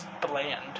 bland